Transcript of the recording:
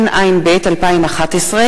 זה נושא דחוף יותר,